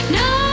no